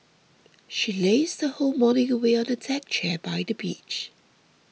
she lazed her whole morning away on a deck chair by the beach